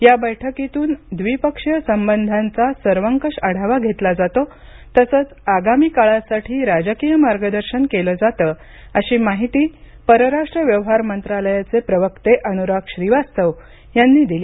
या बैठकीतून द्विपक्षीय संबधांचा सर्वंकष आढावा घेतला जातो तसंच आगामी काळासाठी राजकीय मार्गदर्शन केलं जातं अशी माहिती परराष्ट्र व्यवहार मंत्रालयाचे प्रवक्ते अनुराग श्रीवास्तव यांनी दिली